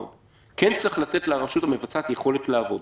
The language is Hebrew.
צריך לתת לרשות המבצעת יכולת לעבוד.